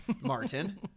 martin